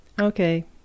Okay